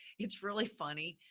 it's really funny,